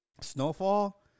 Snowfall